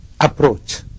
approach